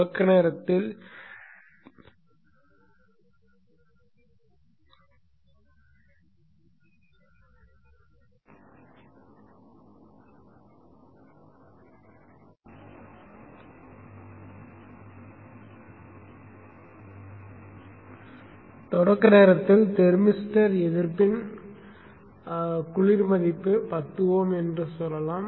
தொடக்க நேரத்தில் தெர்மிஸ்டர் எதிர்ப்பின் குளிர் மதிப்பு 10Ω என்று சொல்லலாம்